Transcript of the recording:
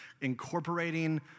incorporating